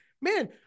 man